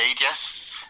yes